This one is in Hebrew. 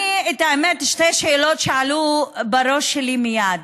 את האמת, שתי שאלות עלו בראש שלי מייד: